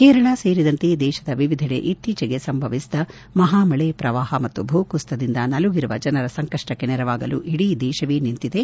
ಕೇರಳ ಸೇರಿದಂತೆ ದೇಶದ ವಿವಿಧೆಡೆ ಇತ್ತೀಚೆಗೆ ಸಂಭವಿಸಿದ ಮಹಾ ಮಳೆ ಪ್ರವಾಹ ಮತ್ತು ಭೂಕುಸಿತದಿಂದ ನಲುಗಿರುವ ಜನರ ಸಂಕಷ್ಸಕ್ಕೆ ನೆರವಾಗಲು ಇಡೀ ದೇಶವೇ ನಿಂತಿದೆ